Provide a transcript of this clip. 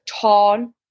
torn